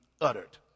uttered